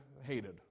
hated